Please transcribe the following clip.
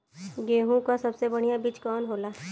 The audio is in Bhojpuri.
गेहूँक सबसे बढ़िया बिज कवन होला?